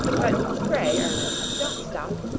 but pray, ernest, don't stop.